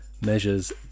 measures